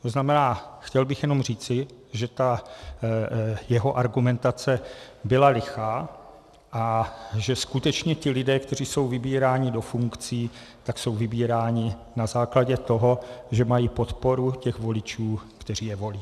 To znamená, chtěl bych jenom říci, že ta jeho argumentace byla lichá a že skutečně ti lidé, kteří jsou vybíráni do funkcí, jsou vybíráni na základě toho, že mají podporu voličů, kteří je volí.